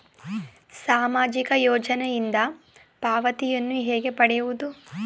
ಸಾಮಾಜಿಕ ಯೋಜನೆಯಿಂದ ಪಾವತಿಯನ್ನು ಹೇಗೆ ಪಡೆಯುವುದು?